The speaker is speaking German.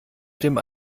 dem